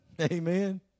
Amen